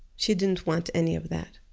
she didn't want any of that.